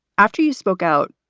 after you spoke out,